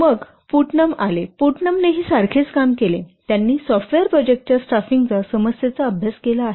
मग पुट्नम आले पुटनमनेही सारखेच काम केले त्यांनी सॉफ्टवेअर प्रोजेक्टच्या स्टाफिंगच्या समस्येचा अभ्यास केला आहे